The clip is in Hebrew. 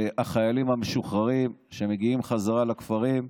החיילים המשוחררים, שמגיעים חזרה לכפרים,